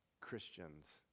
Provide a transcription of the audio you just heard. christians